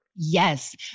Yes